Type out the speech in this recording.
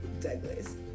Douglas